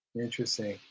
interesting